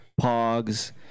pogs